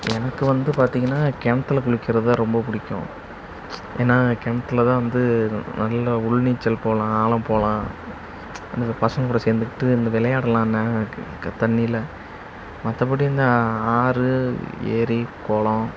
எனக்கு வந்து பார்த்தீங்கன்னா கிணத்துல குளிக்கிறது தான் ரொம்பப் பிடிக்கும் ஏன்னால் கிணத்துல தான் வந்து நல்லா உள் நீச்சல் போகலாம் ஆழம் போகலாம் வந்து இந்தப் பசங்களோடு சேர்ந்துக்கிட்டு இந்த விளையாடலாம்னா தண்ணியில் மற்றபடி இந்த ஆறு ஏரி குளோம்